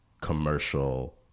commercial